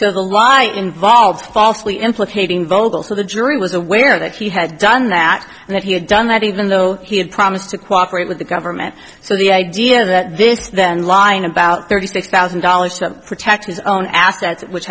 so the law involved falsely implicating vocals so the jury was aware that he had done that and that he had done that even though he had promised to cooperate with the government so the idea that this then lying about thirty six thousand dollars to protect his own assets which